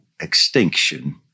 extinction